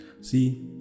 See